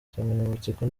insanganyamatsiko